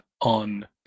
on